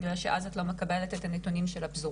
בגלל שאז את לא מקבלת את הנתונים של הפזורה.